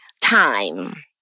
time